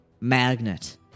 magnet